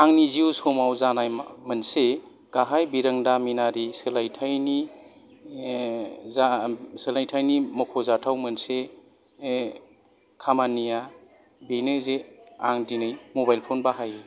आंनि जिउ समाव जानाय मोनसे गाहाय बिरोंदामिनारि सोलायथायनि सोलायथाइनि मख'जाथाव मोनसे खामानिया बेनो जे आं दिनै मबाइल फन बाहायो